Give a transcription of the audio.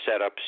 setups –